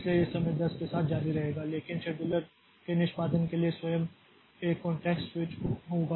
इसलिए यह समय 10 के साथ जारी रहेगा लेकिन शेड्यूलर के निष्पादन के लिए स्वयं एक कॉंटेक्स्ट स्विच होगा